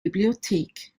bibliothek